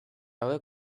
hauek